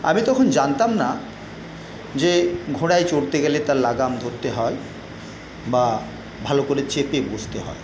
আমি তখন জানতাম না যে ঘোড়ায় চড়তে গেলে তার লাগাম ধরতে হয় বা ভালো করে চেপে বসতে হয়